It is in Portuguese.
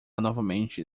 novamente